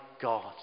God